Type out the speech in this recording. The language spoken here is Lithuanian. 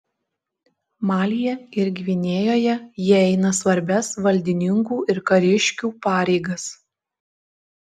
malyje ir gvinėjoje jie eina svarbias valdininkų ir kariškių pareigas